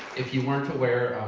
if you weren't aware,